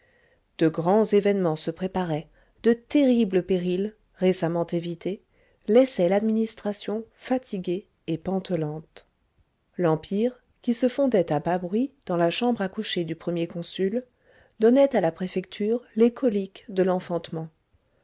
de grands événements se préparaient de terribles périls récemment évités laissaient l'administration fatiguée et pantelante l'empire qui se fondait à bas bruit dans la chambre à coucher du premier consul donnait à la préfecture les coliques de l'enfantement